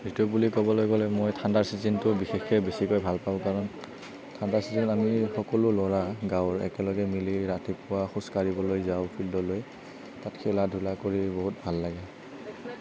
ঋতু বুলি ক'বলৈ গ'লে মই ঠাণ্ডাৰ ছিজনটো বিশেষকৈ বেছি ভাল পাওঁ কাৰণ ঠাণ্ডা ছিজনত আমি সকলো ল'ৰা গাৱঁৰ একেলগে মিলি ৰাতিপুৱা খোজ কাঢ়িবলৈ যাওঁ ফিল্ডলৈ খেলা ধূলা কৰি বহুত ভাল লাগে